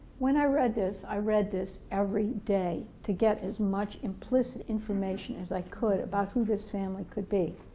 when i read this, i read this every day to get as much implicit information as i could about who this family could be.